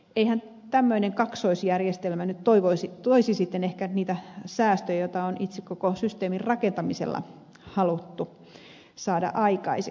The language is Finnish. eihän tämmöinen kaksoisjärjestelmä nyt toisi sitten ehkä niitä säästöjä joita on itse koko systeemin rakentamisella haluttu saada aikaiseksi